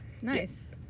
Nice